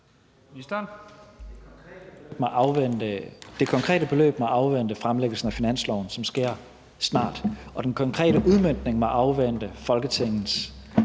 Det konkrete beløb må afvente fremsættelsen af finanslovsforslaget, som sker snart, og den konkrete udmøntning må afvente Folketingets vedtagelse